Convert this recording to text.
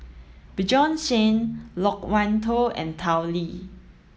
Bjorn Shen Loke Wan Tho and Tao Li